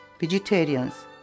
Vegetarians